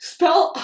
Spell